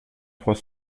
trois